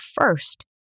first